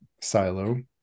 silo